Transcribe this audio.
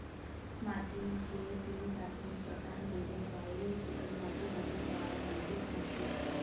मातीचे तीन प्राथमिक प्रकार म्हणजे वाळू, चिकणमाती आणि वाळवंटी माती